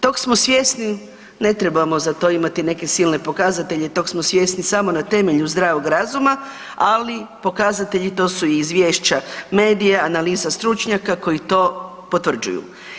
Tog smo svjesni, ne trebamo za to imati neke silne pokazatelje, tog smo svjesni samo na temelju zdravog razuma, ali pokazatelji to su i izvješća medija, analiza stručnjaka koji to potvrđuju.